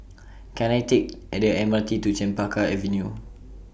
Can I Take At The MRT to Chempaka Avenue